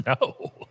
No